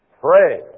pray